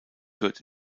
hört